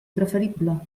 preferible